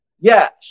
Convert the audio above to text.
Yes